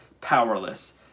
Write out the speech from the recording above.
powerless